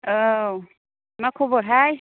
औ मा खबरहाय